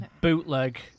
bootleg